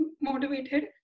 motivated